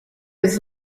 was